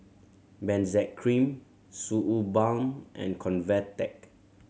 Benzac Cream Suu Balm and Convatec